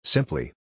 Simply